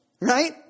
right